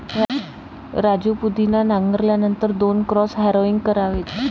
राजू पुदिना नांगरल्यानंतर दोन क्रॉस हॅरोइंग करावेत